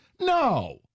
No